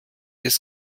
des